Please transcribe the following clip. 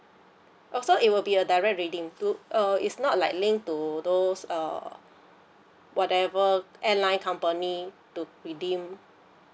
oh so it will be a direct redeem to uh it's not like linked to those uh whatever airline company to redeem